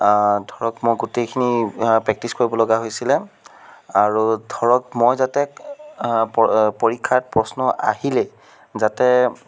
ধৰক মই গোটেইখিনি প্ৰেক্টিছ কৰিবলগা হৈছিল আৰু ধৰক মই যাতে পৰীক্ষাত প্ৰশ্ন আহিলেই যাতে